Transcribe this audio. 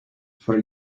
for